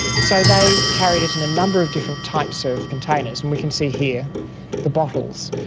so they carried it in a number of different types of containers and we can see here the bottles,